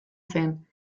zen